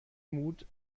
mut